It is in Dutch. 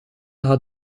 had